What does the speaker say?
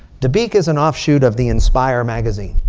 dabiq is an offshoot of the inspire magazine.